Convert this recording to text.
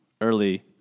early